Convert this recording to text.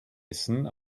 essen